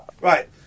Right